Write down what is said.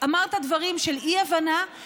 אמרת דברים של אי-הבנה,